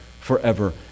forever